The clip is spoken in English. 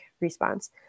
response